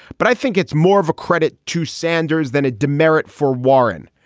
but i think it's more of a credit to sanders than a demerit for warren.